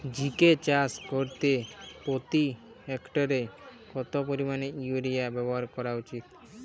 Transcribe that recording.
ঝিঙে চাষ করতে প্রতি হেক্টরে কত পরিমান ইউরিয়া ব্যবহার করা উচিৎ?